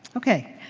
okay.